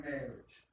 Marriage